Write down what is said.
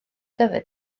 dyfu